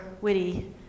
witty